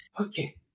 okay